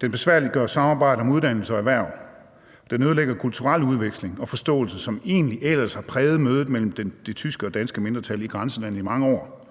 Den besværliggør samarbejde om uddannelse og erhverv; den ødelægger kulturel udveksling og forståelse, som egentlig ellers har præget mødet mellem det tyske og det danske mindretal i grænselandet i mange år;